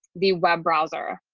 the web browser.